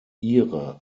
ihre